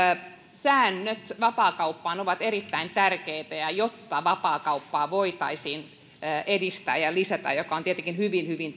säännöt vapaakauppaan ovat erittäin tärkeitä jotta vapaakauppaa voitaisiin edistää ja lisätä mikä on tietenkin hyvin hyvin